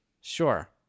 sure